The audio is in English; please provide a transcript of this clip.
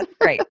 great